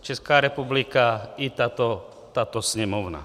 Česká republika i tato Sněmovna.